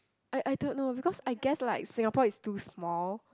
I I don't know because I guess like Singapore is too small